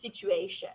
situation